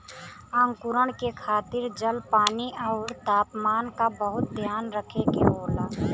अंकुरण के खातिर जल, पानी आउर तापमान क बहुत ध्यान रखे के होला